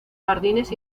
jardines